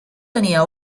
tenia